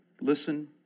Listen